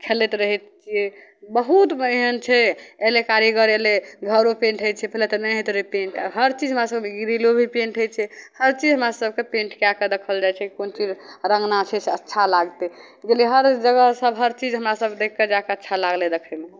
खेलैत रहै छियै बहुत गो एहन छै अयलै कारीगर अयलै घरो पेंट होइ छै पहिले तऽ नहि होइत रहै पेंट आब हर चीज हमरा सभके ग्रिलो भी पेंट होइ छै हरचीज हमरा सभके पेंट कए कऽ देखल जाइ छै कोन चीज रङ्गना छै से अच्छा लागतै बोललियै हर जगह सभ हर चीज हमरा सभ देखि कऽ जा कऽ अच्छा लागलै देखयमे